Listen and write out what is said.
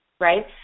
right